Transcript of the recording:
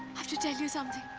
have to tell you something.